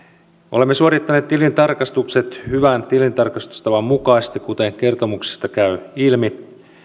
olemme suorittaneet tilintarkastukset hyvän tilintarkastustavan mukaisesti kuten kertomuksesta käy ilmi